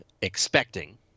expecting